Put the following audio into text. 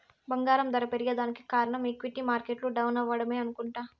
బంగారం దర పెరగేదానికి కారనం ఈక్విటీ మార్కెట్లు డౌనవ్వడమే అనుకుంట